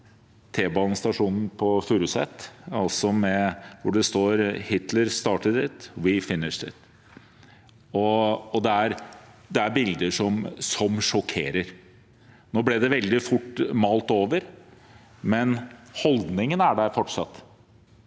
T-banestasjonen på Furuset, hvor det sto «Hitler started it, we finished it». Det er bilder som sjokkerer. Det ble veldig fort malt over, men holdningen er der fortsatt,